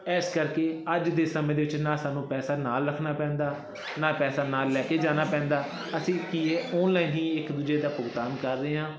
ਇਸ ਕਰਕੇ ਅੱਜ ਦੇ ਸਮੇਂ ਦੇ ਵਿੱਚ ਨਾ ਸਾਨੂੰ ਪੈਸਾ ਨਾਲ ਰੱਖਣਾ ਪੈਂਦਾ ਨਾ ਪੈਸਾ ਨਾਲ ਲੈ ਕੇ ਜਾਣਾ ਪੈਂਦਾ ਅਸੀਂ ਕੀ ਹੈ ਔਨਲਾਈਨ ਹੀ ਇੱਕ ਦੂਜੇ ਦਾ ਭੁਗਤਾਨ ਕਰ ਰਹੇ ਹਾਂ